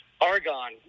Argon